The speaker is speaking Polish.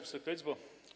Wysoka Izbo!